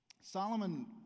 Solomon